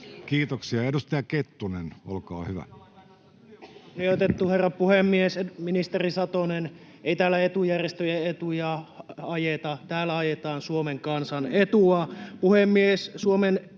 Kiitoksia. — Edustaja Kettunen, olkaa hyvä.